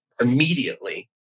immediately